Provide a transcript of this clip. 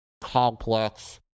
complex